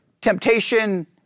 temptation